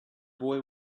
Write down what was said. boy